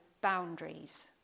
boundaries